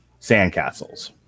Sandcastles